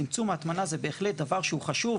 צמצום ההטמנה הוא החלט דבר חשוב,